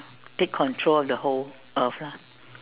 take control of the whole earth lah